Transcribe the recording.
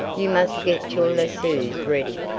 you must get your lassoes ready,